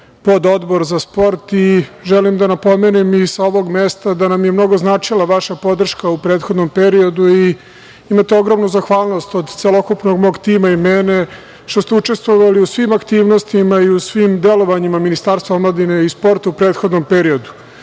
pododbor za sport. Želim da napomenem i sa ovog mesta da nam je mnogo značila vaša podrška u prethodnom periodu i imate ogromnu zahvalnost od celokupnog mog tima i mene što ste učestvovali u svim aktivnostima i u svim delovanjima Ministarstva omladine i sporta u prethodnom periodu. Na